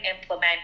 implement